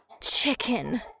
chicken